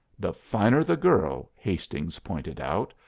the finer the girl, hastings pointed out,